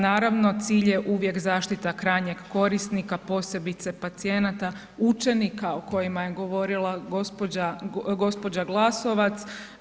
Naravno, cilj je uvijek zaštita krajnjeg korisnika, posebice pacijenata, učenika o kojima je govorila gospođa Glasovac.